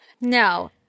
No